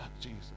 Jesus